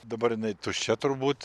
dabar jinai tuščia turbūt